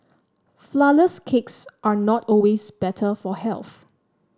flourless cakes are not always better for health